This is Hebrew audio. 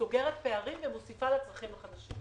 סוגרת פערים ומוסיפה לצרכים החדשים.